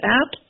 app